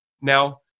Now